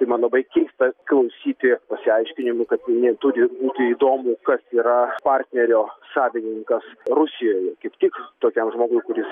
tai man labai keista klausyti pasiaiškinimų kad jiem turi būti įdomu kas yra partnerio savininkas rusijoje kaip tik tokiam žmogui kuris